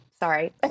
Sorry